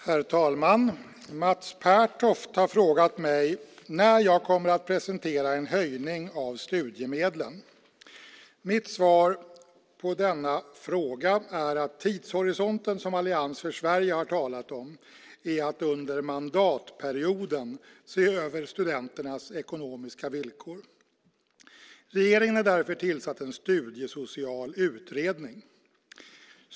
Herr talman! Mats Pertoft har frågat mig när jag kommer att presentera en höjning av studiemedlen. Mitt svar på denna fråga är att den tidshorisont som Allians för Sverige har talat om är att under mandatperioden se över studenternas ekonomiska villkor. Regeringen har därför tillsatt en studiesocial utredning .